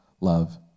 love